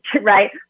right